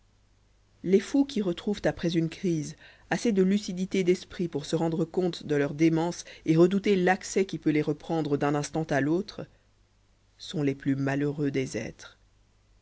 les fous qui retrouvent après une crise assez de lucidité d'esprit pour se rendre compte de leur démence et redouter l'accès qui peut les reprendre d'un instant à l'autre sont les plus malheureux des êtres